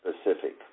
specific